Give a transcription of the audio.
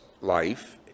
life